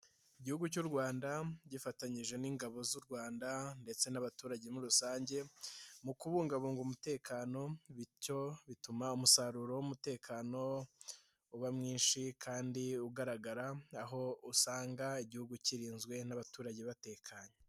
Igihugu cy'u Rwanda gifatanyije n'ingabo z'u Rwanda ndetse n'abaturage muri rusange mu kubungabunga umutekano bityo bituma umusaruro w'umutekano uba mwinshi kandi ugaragara, aho usanga Igihugu kirinzwe n'abaturage batekanye.